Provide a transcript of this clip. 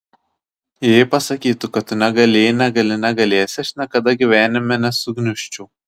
jei ji pasakytų kad tu negalėjai negali negalėsi aš niekada gyvenime nesugniužčiau